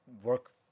work